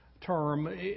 term